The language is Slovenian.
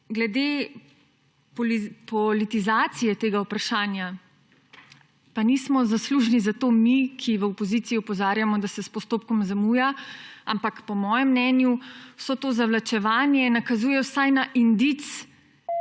Glede politizacije tega vprašanja pa nismo zaslužni za to mi, ki v opoziciji opozarjamo, da se s postopkom zamuja, ampak po mojem mnenju to zavlačevanje nakazuje vsaj na indic